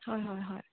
হয় হয় হয়